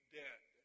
dead